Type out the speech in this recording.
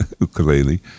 ukulele